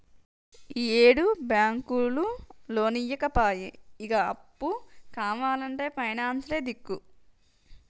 ఈయేడు బాంకులు లోన్లియ్యపాయె, ఇగ అప్పు కావాల్నంటే పైనాన్సులే దిక్కు